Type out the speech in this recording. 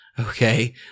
Okay